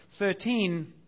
13